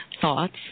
thoughts